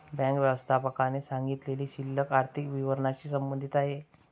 bank व्यवस्थापकाने सांगितलेली शिल्लक आर्थिक विवरणाशी संबंधित आहे